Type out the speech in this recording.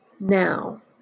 Now